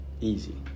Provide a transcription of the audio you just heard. easy